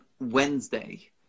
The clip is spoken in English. Wednesday